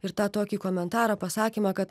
ir tą tokį komentarą pasakymą kad